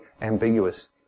ambiguous